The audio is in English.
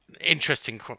interesting